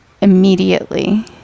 immediately